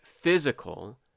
physical